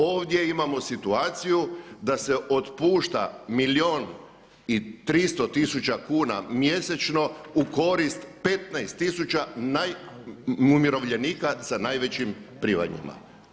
Ovdje imamo situaciju da se otpušta milijun i 300 tisuća kuna mjesečno u korist 15000 umirovljenika sa najvećim primanjima.